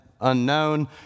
unknown